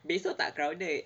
besok tak crowded